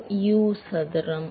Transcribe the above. மாணவர் அரை rho U சதுரம்